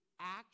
action